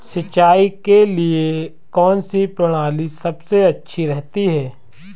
सिंचाई के लिए कौनसी प्रणाली सबसे अच्छी रहती है?